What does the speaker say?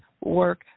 work